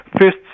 first